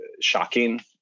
shocking